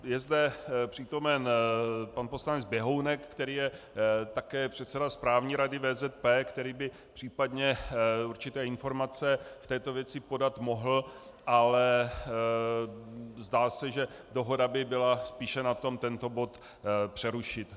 Je zde přítomen pan poslanec Běhounek, který je také předsedou správní rady VZP, který by případně určité informace v této věci podat mohl, ale zdá se, že dohoda by byla spíše na tom tento bod přerušit.